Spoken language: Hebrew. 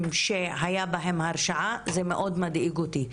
שהיתה בהם הרשעה זה מאוד מדאיג אותי.